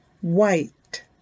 white